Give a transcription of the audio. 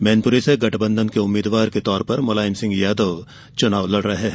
मैनप्री से गठबंधन के उम्मीद्वार के रूप में मुलायम सिंह यादव चुनाव लड़ रहे हैं